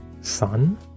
Sun